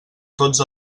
tots